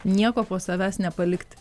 nieko po savęs nepalikti